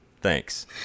Thanks